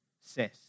says